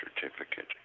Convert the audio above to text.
certificate